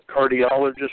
cardiologist